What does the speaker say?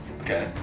Okay